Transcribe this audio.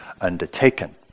undertaken